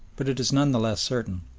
but it is none the less certain.